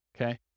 okay